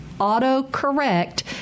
autocorrect